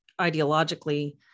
ideologically